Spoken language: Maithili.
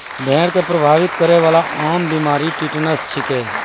भेड़ क प्रभावित करै वाला आम बीमारी टिटनस छिकै